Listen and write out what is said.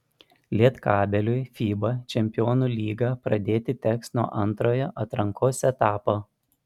lietkabeliui fiba čempionų lygą pradėti teks nuo antrojo atrankos etapo